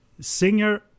singer